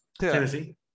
Tennessee